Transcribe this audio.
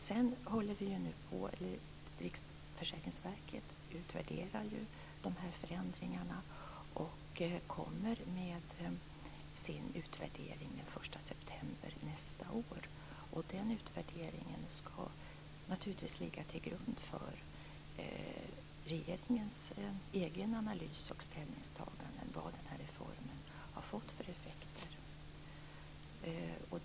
Sedan håller ju Riksförsäkringsverket på att utvärdera de här förändringarna. Utvärderingen kommer den 1 september nästa år. Den utvärderingen skall naturligtvis ligga till grund för regeringens egen analys och regeringens eget ställningstagande när det gäller vad den här reformen har fått för effekter.